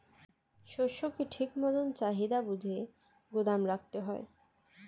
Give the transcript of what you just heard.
শস্যকে ঠিক মতন চাহিদা বুঝে গুদাম রাখতে হয়